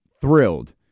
thrilled